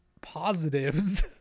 positives